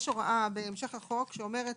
יש הוראה בהמשך החוק, שאומרת